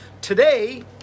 Today